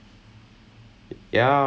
this so ya